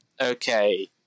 okay